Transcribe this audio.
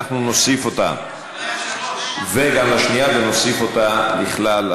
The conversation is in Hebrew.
לוועדת הכספים נתקבלה.